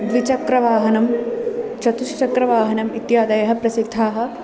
द्विचक्रवाहनं चतुष्चक्रवाहनम् इत्यादयः प्रसिद्धाः